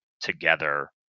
together